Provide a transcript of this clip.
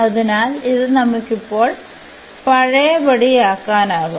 അതിനാൽ ഇത് നമുക്ക് ഇപ്പോൾ പഴയപടിയാക്കാനാകും